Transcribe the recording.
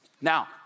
Now